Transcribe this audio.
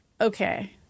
Okay